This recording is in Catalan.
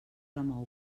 remou